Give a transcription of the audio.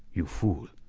you fool!